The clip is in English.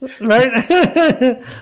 Right